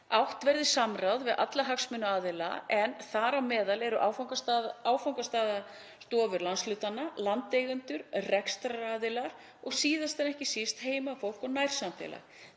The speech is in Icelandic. átt verði samráð við alla hagsmunaaðila, en þar á meðal eru áfangastaðastofur landshlutanna, landeigendur, rekstraraðilar og síðast en ekki síst heimafólk og nærsamfélag.